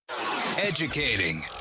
Educating